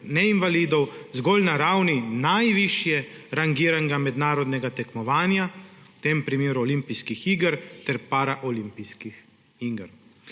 neinvalidov zgolj na ravni najvišje rangiranega mednarodnega tekmovanja, v tem primeru olimpijskih iger ter paraolimpijskih iger.